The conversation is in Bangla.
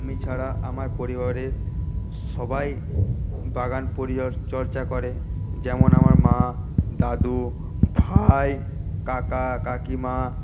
আমি ছাড়া আমার পরিবারের সবাই বাগান পরিচর্যা করে যেমন আমার মা দাদু ভাই কাকা কাকিমা